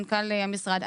מנכ"ל המשרד.